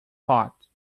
thought